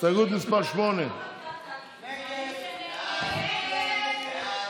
הסתייגות מס' 8. ההסתייגות (8) של קבוצת סיעת הליכוד,